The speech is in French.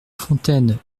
fontaine